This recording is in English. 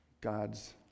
God's